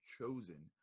chosen